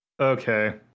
Okay